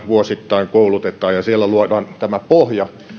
vuosittain ja siellä luodaan tämä pohja